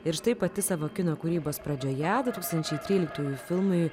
ir štai pati savo kino kūrybos pradžioje du tūkstančiai tryliktųjų filmui